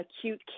acute